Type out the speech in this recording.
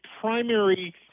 primary